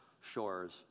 shores